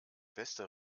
beste